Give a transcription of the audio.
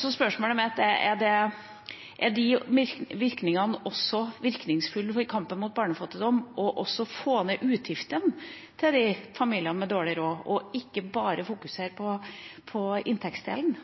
Så spørsmålet mitt er: Er virkningene av å få ned utgiftene til de familiene med dårlig råd også virkningsfulle i kampen mot barnefattigdom, at man ikke bare fokuserer på inntektsdelen?